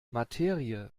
materie